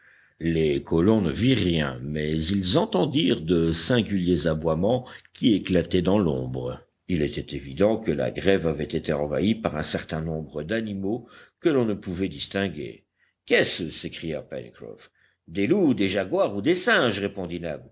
les colons ne virent rien mais ils entendirent de singuliers aboiements qui éclataient dans l'ombre il était évident que la grève avait été envahie par un certain nombre d'animaux que l'on ne pouvait distinguer qu'est-ce s'écria pencroff des loups des jaguars ou des singes répondit